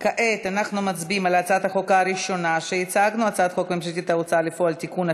הצעת חוק ההוצאה לפועל (תיקון מס'